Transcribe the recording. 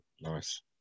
Nice